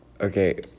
Okay